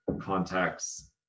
contacts